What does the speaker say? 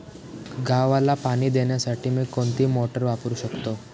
गव्हाला पाणी देण्यासाठी मी कोणती मोटार वापरू शकतो?